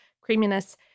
creaminess